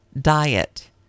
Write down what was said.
diet